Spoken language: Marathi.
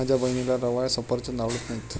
माझ्या बहिणीला रवाळ सफरचंद आवडत नाहीत